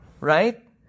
right